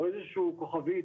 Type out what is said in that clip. או איזה שהוא כוכבית